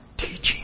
Teaching